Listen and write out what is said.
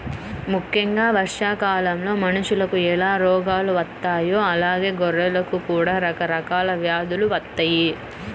ముక్కెంగా వర్షాకాలంలో మనుషులకు ఎలా రోగాలు వత్తాయో అలానే గొర్రెలకు కూడా రకరకాల వ్యాధులు వత్తయ్యి